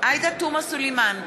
עאידה תומא סלימאן,